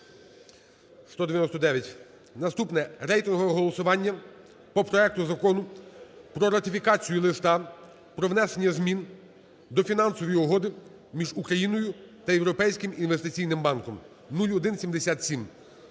Наступне рейтингове голосування по проекту Закону про ратифікацію Листа про внесення змін до Фінансової угоди між Україною та Європейським інвестиційним банком (0177).